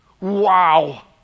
Wow